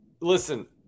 Listen